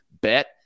bet